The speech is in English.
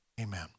Amen